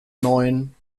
neun